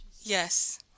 yes